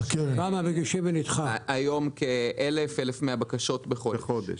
היום מגישים כ-1,000-1,1000 בקשות בחודש.